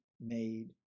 made